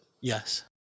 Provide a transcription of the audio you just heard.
Yes